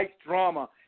drama